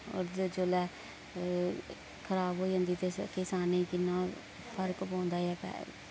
जुल्लै खराब होई जंदी ते किसानें ई किन्ना फर्क पौंदा ऐ